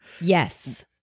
Yes